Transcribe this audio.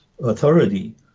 authority